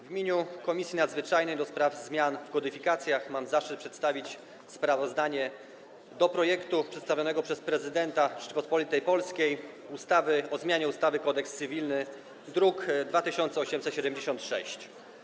W imieniu Komisji Nadzwyczajnej do spraw zmian w kodyfikacjach mam zaszczyt przedstawić sprawozdanie dotyczące przedstawionego przez prezydenta Rzeczypospolitej Polskiej projektu ustawy o zmianie ustawy Kodeks cywilny, druk nr 2876.